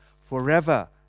forever